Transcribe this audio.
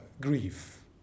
grief